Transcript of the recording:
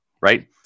right